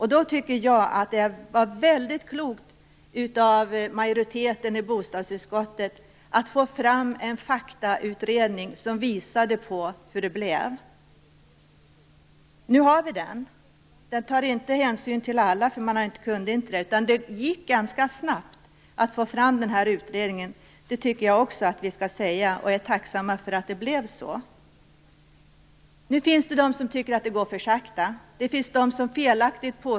Jag tycker att det var väldigt klokt av majoriteten i bostadsutskottet att ta fram en faktautredning som visade hur resultatet blev. Den kunde inte ta hänsyn till alla, men det gick ganska snabbt att få fram den - det tycker jag att vi skall säga, liksom också att vi är tacksamma för att det blev så.